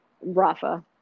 Rafa